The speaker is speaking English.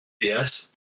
Yes